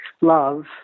Love